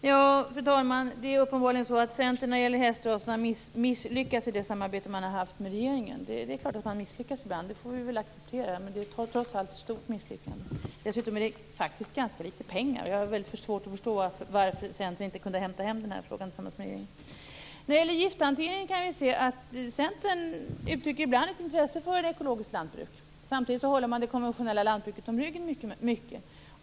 Fru talman! Det är uppenbarligen så att Centern när det gäller hästraserna har misslyckats i samarbetet med regeringen. Vi får acceptera att man ibland misslyckas, men detta är trots allt ett stort misslyckande. Det är dessutom ganska litet pengar. Jag har väldigt svårt att förstå varför Centern inte kunde hämta hem den här frågan tillsammans med regeringen. När det gäller gifthanteringen uttrycker Centern ibland ett intresse för ett ekologiskt lantbruk. Samtidigt håller man det konventionella lantbruket mycket om ryggen.